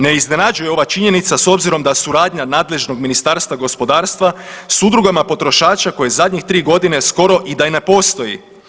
Ne iznenađuje ova činjenica s obzirom da suradnja nadležnog ministarstva gospodarstva s udrugama potrošača koje zadnjih 3 godine skoro i da ne postoji.